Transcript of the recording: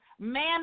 Man